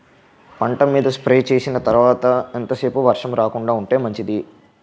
పంట మీద స్ప్రే చేసిన తర్వాత ఎంత సేపు వర్షం రాకుండ ఉంటే మంచిది?